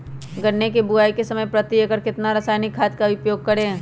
गन्ने की बुवाई के समय प्रति एकड़ कितना रासायनिक खाद का उपयोग करें?